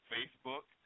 Facebook